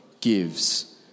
gives